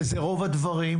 וזה רוב הדברים.